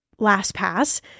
LastPass